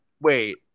wait